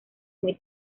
muy